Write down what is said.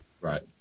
right